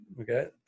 okay